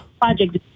project